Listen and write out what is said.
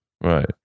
Right